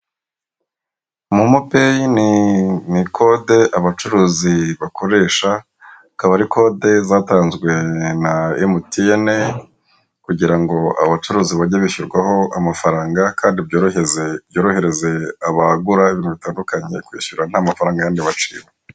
Momo peyi ni kode abacuruzi bakoresha, akaba ari kode zatanzwe na MTN, kugira ngo abacuruzi bajye bishyurwaho amafaranga, kandi byorohereze abagura ibintu bitandukanye, kwishyura nta mafaranga yandi baciwe.